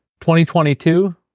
2022